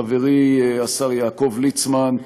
חברי השר יעקב ליצמן,